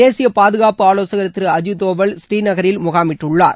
தேசிய பாதுகாப்பு ஆலோசகர் திரு அஜித் தோவல் ஸ்ரீநகரில் முகாமிட்டுள்ளார்